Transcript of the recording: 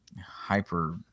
hyper